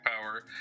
power